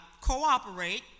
cooperate